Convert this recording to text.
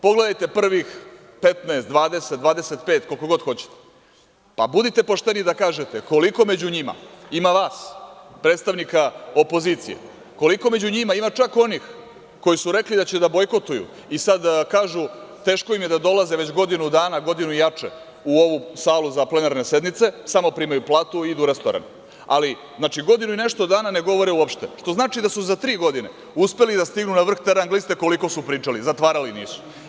Pogledajte prvih 15, 20, 25 koliko god hoćete, pa budite pošteni da kažete koliko među njima ima vas, predstavnika opozicije, koliko među njima ima čak onih koji su rekli da će da bojkotuju i sad kažu da im je teško da dolaze već godinu dana, godinu i jače u ovu salu za plenarne sednice, samo primaju platu i idu u restoran, ali godinu i nešto dana ne govore uopšte, što znači da su za tri godine uspeli da stignu na vrh te rang liste koliko su pričali, zatvarali nisu.